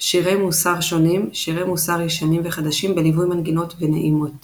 שירי מוסר שונים – שירי מוסר ישנים וחדשים בליווי מנגינות ונעימות